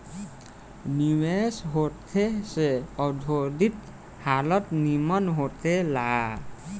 निवेश होखे से औद्योगिक हालत निमन होखे ला